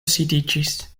sidiĝis